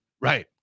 right